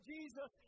Jesus